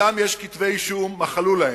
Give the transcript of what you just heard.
שנגדם יש כתבי אישום, מחלו להם,